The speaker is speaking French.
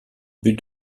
but